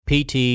PT